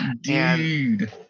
Dude